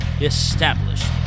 Established